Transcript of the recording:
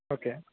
okay